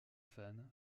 fans